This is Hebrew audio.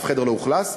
אף חדר לא אוכלס.